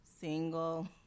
single